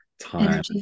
time